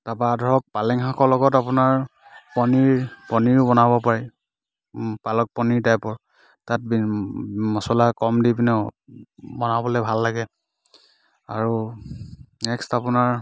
তাৰ পৰা ধৰক পালেং শাকৰ লগত আপোনাৰ পনীৰ পনীৰো বনাব পাৰি পালক পনীৰ টাইপৰ তাত মচলা কম দি পিনেও বনাবলৈ ভাল লাগে আৰু নেক্সট আপোনাৰ